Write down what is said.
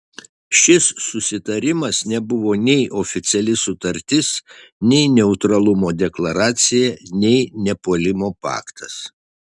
šis susitarimas nebuvo nei oficiali sutartis nei neutralumo deklaracija nei nepuolimo paktas